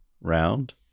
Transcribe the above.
round